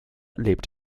lebt